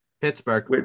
Pittsburgh